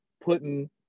putting